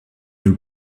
your